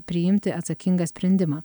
priimti atsakingą sprendimą